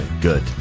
Good